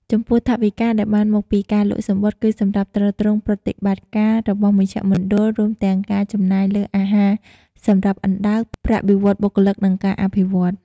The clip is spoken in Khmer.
ចំពោះថវិកាដែលបានមកពីការលក់សំបុត្រគឺសម្រាប់ទ្រទ្រង់ប្រតិបត្តិការរបស់មជ្ឈមណ្ឌល រួមទាំងការចំណាយលើអាហារសម្រាប់អណ្ដើក ប្រាក់បៀវត្សបុគ្គលិក និងការអភិវឌ្ឍន៍ ។